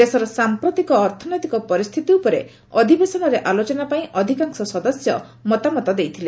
ଦେଶର ସାମ୍ପ୍ରତିକ ଅର୍ଥନୈତିକ ପରିସ୍ଥିତି ଉପରେ ଅଧିବେଶରେ ଆଲୋଚନା ପାଇଁ ଅଧିକାଂଶ ସଦସ୍ୟ ମତାମତ ଦେଇଥିଲେ